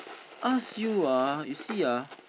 ask you ah you see ah